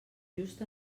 just